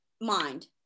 mind